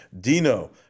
Dino